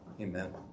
Amen